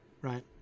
right